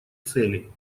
целей